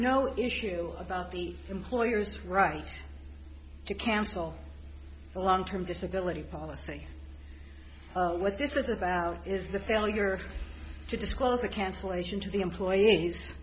no issue about the employer's right to cancel a long term disability policy what this is about is the failure to disclose the cancellation to the employees